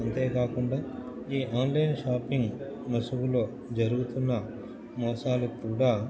అంతేకాకుండా ఈ online shopping ముసుగులో జరుగుతున్న మోసాలు కూడా